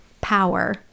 power